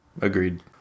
Agreed